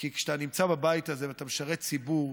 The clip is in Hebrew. כי כשאתה נמצא בבית הזה ואתה משרת ציבור,